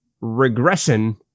regression